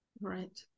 Right